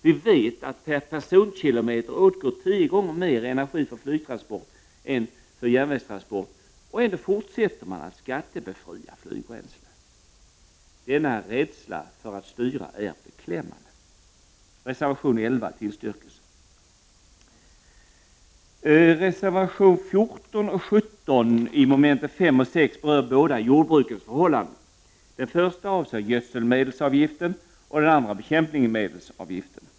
Vi vet att per personkilometer åtgår tio gånger mer energi för flygtransport än järnvägstransport, och ändå fortsätter man att skattebefria flygbränsle. Denna rädsla för att styra är beklämmande. Reservation 11 tillstyrks. Reservationerna 14 och 17 under mom. 5 och 6 berör båda jordbrukets förhållande. Den första avser gödselmedelsavgiften och den andra bekämpningsmedelsavgiften.